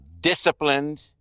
disciplined